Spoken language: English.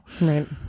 right